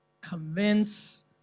convince